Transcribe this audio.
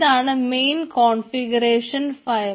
ഇതാണ് main configuration file